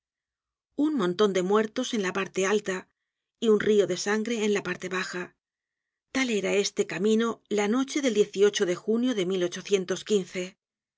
un monton de muertos en la parte alta y un rio de sangre en la parte baja tal era este camino la noche del de junio de